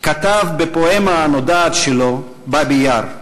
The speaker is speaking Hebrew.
כתב בפואמה הנודעת שלו "באבי יאר":